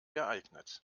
geeignet